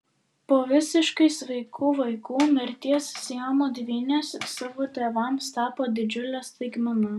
po visiškai sveikų vaikų mirties siamo dvynės savo tėvams tapo didžiule staigmena